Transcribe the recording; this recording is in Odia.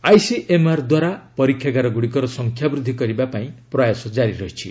ଆଇସିଏମ୍ଆର୍ ଦ୍ୱାରା ପରୀକ୍ଷାଗାରଗୁଡ଼ିକର ସଂଖ୍ୟା ବୃଦ୍ଧି କରିବା ପାଇଁ ପ୍ରୟାସ ଜାରି ରହିଛି